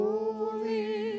Holy